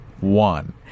one